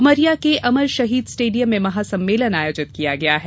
उमरिया के अमर शहीद स्टेडियम में महासम्मेलन आयोजित किया गया है